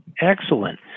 Excellent